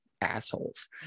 Assholes